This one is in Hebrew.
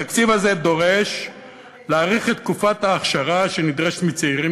התקציב הזה דורש להאריך את תקופת האכשרה שנדרשת מצעירים